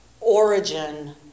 origin